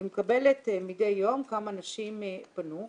אני מקבלת מדי יום כמה אנשים פנו.